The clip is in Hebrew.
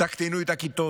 תקטינו את הכיתות.